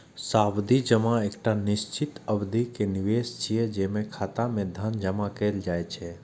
सावधि जमा एकटा निश्चित अवधि के निवेश छियै, जेमे खाता मे धन जमा कैल जाइ छै